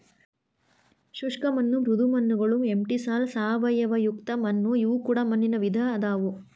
ಶುಷ್ಕ ಮಣ್ಣು ಮೃದು ಮಣ್ಣುಗಳು ಎಂಟಿಸಾಲ್ ಸಾವಯವಯುಕ್ತ ಮಣ್ಣು ಇವು ಕೂಡ ಮಣ್ಣಿನ ವಿಧ ಅದಾವು